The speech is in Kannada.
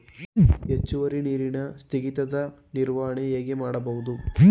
ಹೆಚ್ಚುವರಿ ನೀರಿನ ಸ್ಥಗಿತದ ನಿರ್ವಹಣೆ ಹೇಗೆ ಮಾಡಬಹುದು?